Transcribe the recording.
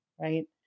right